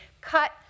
cut